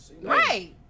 Right